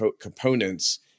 components